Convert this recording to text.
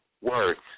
words